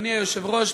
אדוני היושב-ראש,